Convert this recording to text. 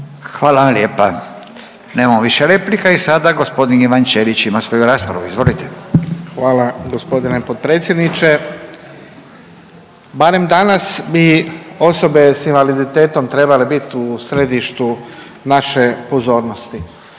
vam lijepa. Nemamo više replika i sada gospodin Ivan Ćelić ima svoju raspravu. Izvolite. **Ćelić, Ivan (HDZ)** Hvala gospodine potpredsjedniče. Barem danas bi osobe sa invaliditetom trebale biti u središtu naše pozornosti